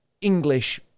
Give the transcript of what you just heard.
English